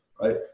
right